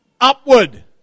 upward